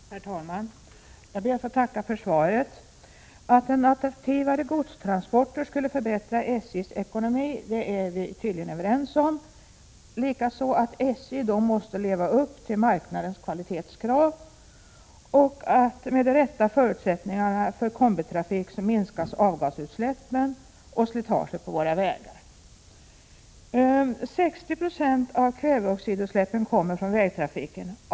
Herr talman! Jag ber att få tacka för svaret. Vi är tydligen överens om att attraktivare godstransporter skulle förbättra SJ:s ekonomi, att SJ då måste uppfylla marknadens kvalitetskrav samt att avgasutsläppen och slitaget på våra vägar, med de rätta förutsättningarna för kombitrafik, minskar. 60 90 av kväveoxidutsläppen, 160 000 ton, kommer från vägtrafiken.